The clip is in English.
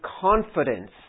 confidence